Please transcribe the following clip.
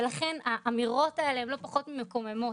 ולכן האמירות האלה הן לא פחות ממקוממות.